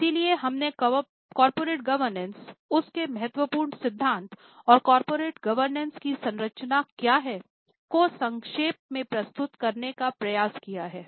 इसलिए हमने corporate governance उस के महत्वपूर्ण सिद्धांत और कॉर्पोरेट गवर्नेंस की संरचना क्या है को संक्षेप में प्रस्तुत करने का प्रयास किया है